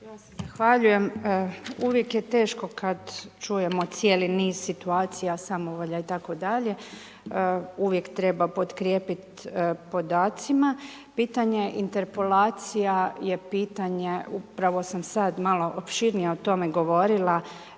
Ja se zahvaljujem. Uvijek je teško kad čujemo cijeli niz situacija samovolja itd., uvijek treba potkrijepit podacima. Pitanje interpolacija je pitanje upravo sam sad malo opširnije o tome govorila,